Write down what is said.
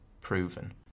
proven